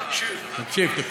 תקשיב, תקשיב.